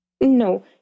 No